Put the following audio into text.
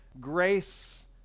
grace